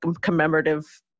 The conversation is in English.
commemorative